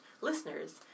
listeners